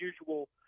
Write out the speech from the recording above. usual